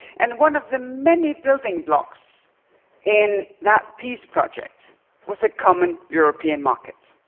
and one of the many building blocks in that peace project was a common european market.